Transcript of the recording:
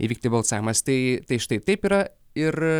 įvykti balsavimas tai tai štai taip yra ir